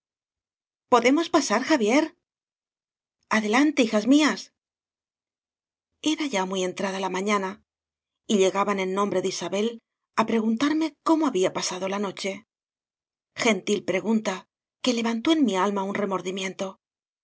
podemos pasar xavier adelante hijas mías era ya muy entrada la mañana y llega ban en nombre de isabel á preguntarme cómo había pasado la noche gentil pregun ta que levantó en mi alma un remordimien